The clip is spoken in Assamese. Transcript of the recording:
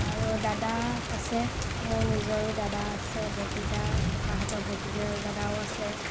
আৰু দাদা আছে মোৰ নিজৰো দাদা আছে ভতিজা ককাহঁতৰ ভতিজা দাদাও আছে